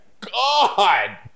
god